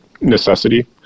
necessity